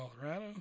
Colorado